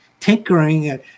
tinkering